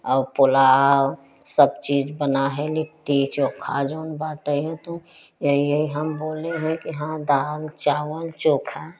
और पुलाव सब चीज बना है लिट्टी चोखा जौन बाटै हैं तो यही है हम बोलें हैं कि हाँ दाल चावल चोखा